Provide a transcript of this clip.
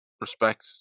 respect